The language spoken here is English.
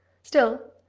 still,